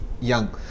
young